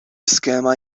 iskema